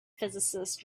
physicist